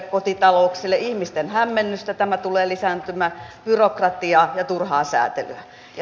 ihmisten hämmennystä tämä tulee lisäämään byrokratiaa ja turhaa sääntelyä